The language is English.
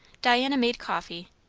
diana made coffee,